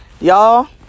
Y'all